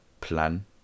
plan